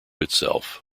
itself